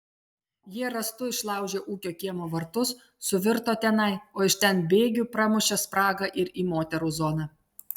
jie rąstu išlaužė ūkio kiemo vartus suvirto tenai o iš ten bėgiu pramušė spragą ir į moterų zoną